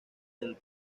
del